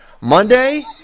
Monday